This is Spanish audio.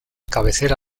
cabecera